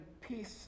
peace